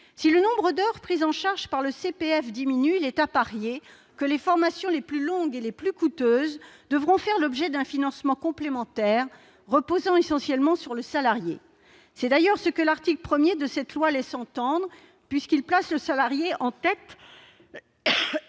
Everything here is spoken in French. Si le nombre d'heures prises en charge par le CPF diminue, il est à parier que les formations les plus longues et les plus coûteuses devront faire l'objet d'un financement complémentaire reposant essentiellement sur le salarié. C'est d'ailleurs ce que l'article 1 de ce texte laisse entendre, puisqu'il place le salarié en tête